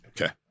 Okay